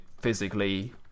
physically